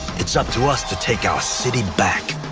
it's up to us to take our city back